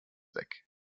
weg